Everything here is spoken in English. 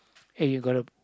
eh you got the